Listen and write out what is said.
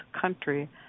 country